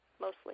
mostly